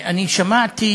אני שמעתי